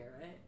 right